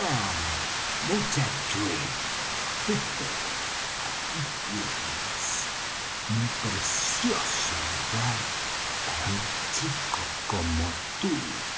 ah muchachuelo aquí tienes un precioso lugar para un chico como tú